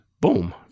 boom